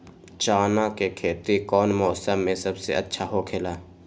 चाना के खेती कौन मौसम में सबसे अच्छा होखेला?